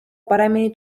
paremini